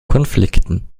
konflikten